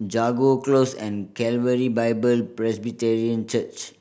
Jago Close and Calvary Bible Presbyterian Church